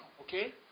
Okay